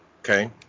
okay